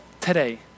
today